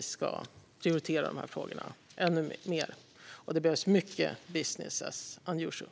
ska prioritera dessa frågor ännu mer, och det behövs mycket business as unusual .